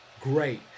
Great